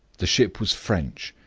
the ship was french,